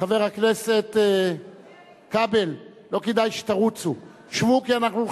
חבר הכנסת כבל, לא כדאי שתרוצו.